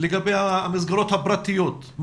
לגבי המסגרות הפרטיות?